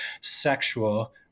sexual